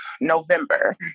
November